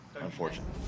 unfortunate